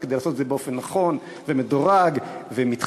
כדי לעשות את זה באופן נכון ומדורג ומתחשב,